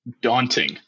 daunting